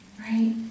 right